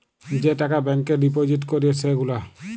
যে টাকা ব্যাংকে ডিপজিট ক্যরে সে গুলা